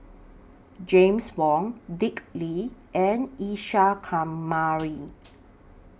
James Wong Dick Lee and Isa Kamari